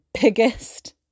biggest